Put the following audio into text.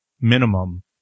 minimum